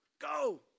go